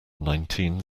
nineteen